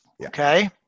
Okay